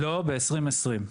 לא, ב-2020.